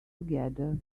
together